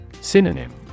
Synonym